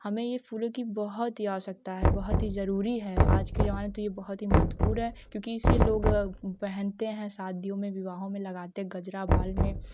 हमें यह फूलों की बहुत ही आवश्यकता है बहुत ही ज़रूरी है आज के ज़माने में तो बहुत ही महत्वपूर्ण है क्योंकि इसे लोग पहनते हैं शादियों में विवाहों में लगाते गजरा बाल में